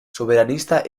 soberanista